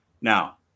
Now